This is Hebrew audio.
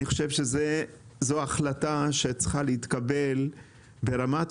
אני חושב שזו החלטה שצריכה להתקבל ברמת